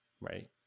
Right